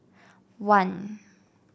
one